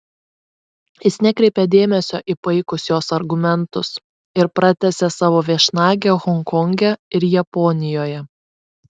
jis nekreipė dėmesio į paikus jos argumentus ir pratęsė savo viešnagę honkonge ir japonijoje